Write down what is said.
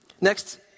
Next